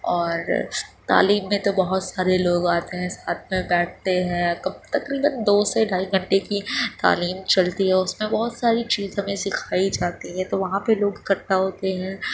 اور تعلیم میں تو بہت سارے لوگ آتے ہیں ساتھ میں بیٹھتے ہیں کب تقریباً دو سے ڈھائی گھنٹے کی تعلیم چلتی ہے اس میں بہت ساری چیز ہمیں سکھائی جاتی ہے تو وہاں پہ لوگ اکٹھا ہوتے ہیں